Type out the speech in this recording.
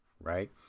right